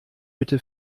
bitte